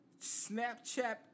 Snapchat